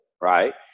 right